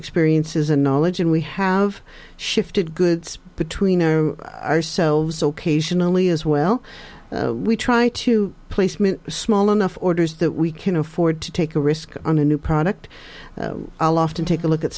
experiences and knowledge and we have shifted goods between ourselves location only as well we try to placement small enough orders that we can afford to take a risk on a new product aloft and take a look at